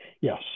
Yes